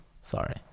Sorry